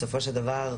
בסופו של דבר,